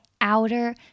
outer